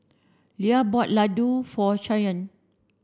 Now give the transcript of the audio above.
Leah bought Laddu for Shyann